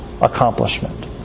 accomplishment